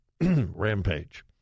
rampage